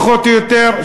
פחות או יותר,